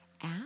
app